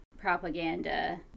propaganda